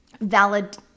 Valid